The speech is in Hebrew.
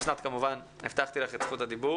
אסנת כמובן תוכל לדבר